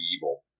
evil